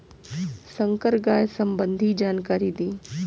संकर गाय संबंधी जानकारी दी?